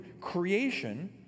Creation